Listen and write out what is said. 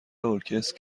ارکستر